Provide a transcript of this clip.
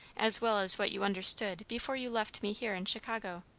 as well as what you understood before you left me here in chicago.